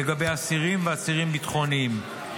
לגבי אסירים ועצירים ביטחוניים.